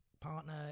partner